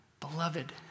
Beloved